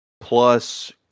plus